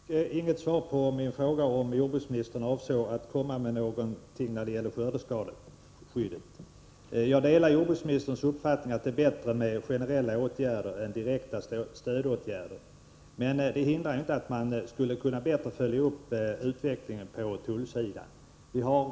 Herr talman! Jag fick inget svar på min fråga, om jordbruksministern avsåg att komma med något initiativ när det gäller skördeskadeskyddet. Jag delar jordbruksministerns uppfattning att det är bättre med generella åtgärder än med direkta stödåtgärder, men det hindrar inte att man skulle kunna följa upp utvecklingen på tullsidan bättre.